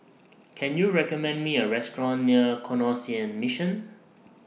Can YOU recommend Me A Restaurant near Canossian Mission